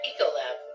Ecolab